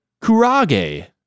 kurage